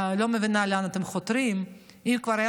אני לא מבינה לאן אתם חותרים.